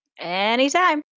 Anytime